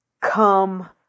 come